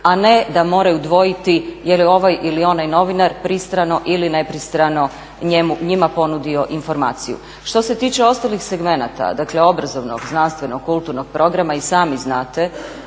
a ne da moraju dvojiti je li ovaj ili onaj novinar pristrano ili nepristrano njima ponudio informaciju. Što se tiče ostalih segmenata, dakle obrazovnog, znanstvenog, kulturnog programa i sami znate